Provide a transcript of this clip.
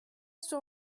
sur